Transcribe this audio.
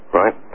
right